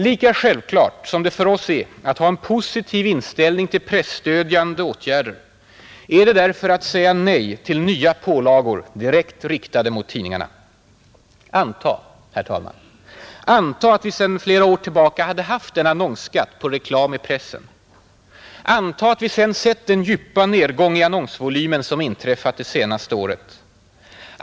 Lika självklart som det för oss är att ha en positiv inställning till presstödjande åtgärder är det därför att säga nej till nya pålagor direkt riktade mot tidningarna. Anta, att vi sedan flera år tillbaka hade haft en annonsskatt på reklam i pressen! Anta, att vi sedan sett den djupa nedgång i annonsvolymen som inträffat det senaste året!